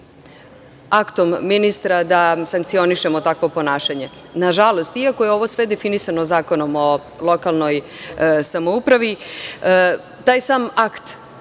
aktom ministra da sankcionišemo takvo ponašanje. Nažalost, iako je ovo sve definisano Zakonom o lokalnoj samoupravi, taj sam akt